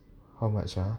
how much ah